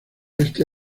este